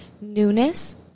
newness